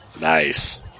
Nice